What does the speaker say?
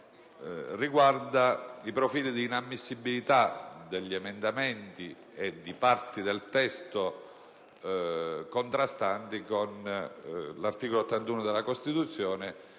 i profili di inammissibilità degli emendamenti e di parti del testo contrastanti con l'articolo 81 della Costituzione,